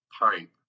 pipe